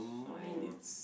some uh